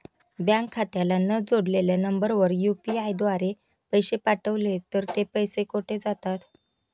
Bank खात्याला न जोडलेल्या नंबरवर यु.पी.आय द्वारे पैसे पाठवले तर ते पैसे कुठे जातात?